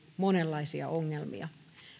monenlaisia ongelmia